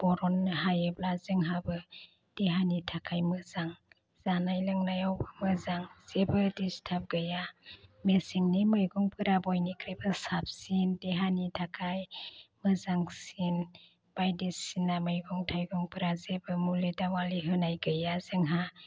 बरन्नो हायोब्ला जोंहाबो देहानि थाखाइ मोजां जानाय लोंनायावबो मोजां जेबो दिस्थाब गैया मेसेंनि मैगंफोरा बयनिख्रुइबो साबसिन देहानि थाखाइ मोजांसिन बायदिसिना मैगं थाइगंफ्रा जेबो मुलि देवालि होनाय गैया जोंहा